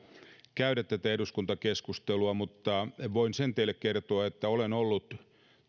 käydä tätä eduskuntakeskustelua mutta voin sen teille kertoa että olen ollut